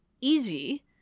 easy